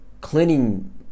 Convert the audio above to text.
cleaning